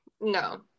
No